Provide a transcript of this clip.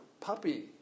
puppy